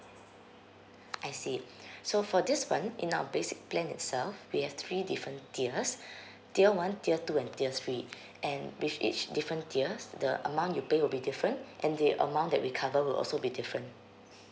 I see so for this one in our basic plan itself we have three different tiers tier one tier two and tier three and with each different tiers the amount you pay will be different and the amount that we cover will also be different